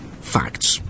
facts